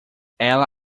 ela